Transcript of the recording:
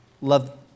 love